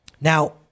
Now